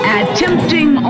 attempting